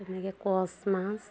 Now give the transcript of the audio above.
তেনেকে কছ মাছ